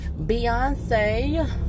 Beyonce